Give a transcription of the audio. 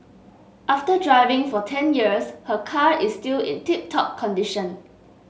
after driving for ten years her car is still in tip top condition